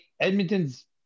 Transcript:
Edmonton's